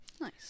nice